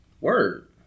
Word